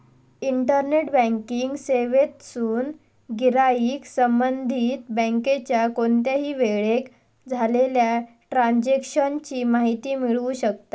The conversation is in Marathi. इंटरनेट बँकिंग सेवेतसून गिराईक संबंधित बँकेच्या कोणत्याही वेळेक झालेल्या ट्रांजेक्शन ची माहिती मिळवू शकता